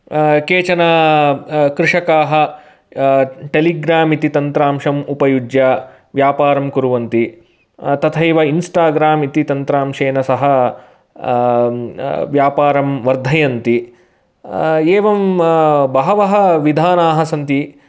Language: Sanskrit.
केचन क्रुषकाः टेलिग्राम् इति तन्त्राशम् उपयुज्य व्यापारं कुर्वन्ति तथैव इन्स्टाग्राम् इति तन्त्रांशेन सह व्यापारं वर्धयन्ति एवं बहवः विधानाः सन्ति